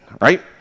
right